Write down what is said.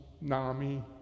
NAMI